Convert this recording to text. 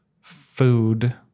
food